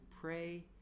pray